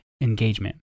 engagement